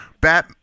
bat